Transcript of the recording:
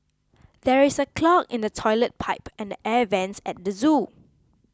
there is a clog in the Toilet Pipe and the Air Vents at the zoo